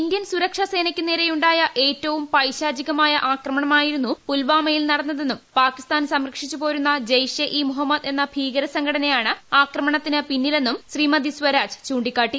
Indian സുരക്ഷാസേനയ്ക്കു ന്യൂരെയുണ്ടായ ഏറ്റവും പൈശാചികമായ ആക്രമണമായിരുന്നു പുൽവാമയിൽ നടന്നതെന്നും പാകിസ്ഥാൻ സംരക്ഷിച്ചു പോരുന്ന ജയ്ഷെ ഇ മുഹമ്മദ് എന്ന ഭീകര സംഘടനയാണ് ആക്രമണത്തിന് പിന്നിലെന്നും ശ്രീമതി സുഷമ സ്വരാജ് ചൂണ്ടിക്കാട്ടി